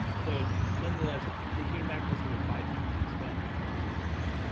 so nonetheless, they came back also with five times expense that we were gonna have.